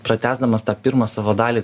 pratęsdamas tą pirmą savo dalį